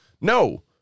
No